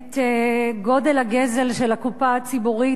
את גודל הגזל של הקופה הציבורית.